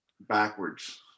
backwards